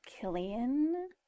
Killian